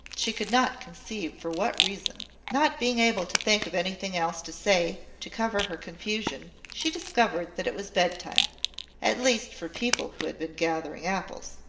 she could not conceive for what reason. not being able to think of anything else to say, to cover her confusion, she discovered that it was bedtime at least for people who had been gathering apples.